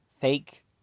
fake